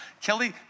Kelly